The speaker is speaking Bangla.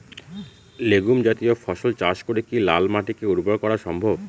লেগুম জাতীয় ফসল চাষ করে কি লাল মাটিকে উর্বর করা সম্ভব?